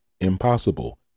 impossible